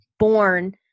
born